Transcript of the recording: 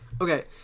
Okay